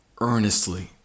earnestly